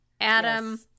Adam